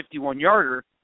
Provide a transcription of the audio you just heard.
51-yarder